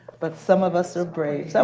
but some of us are brave. so